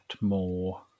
more